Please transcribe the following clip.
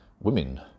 women